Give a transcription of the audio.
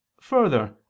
further